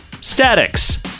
Statics